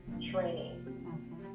training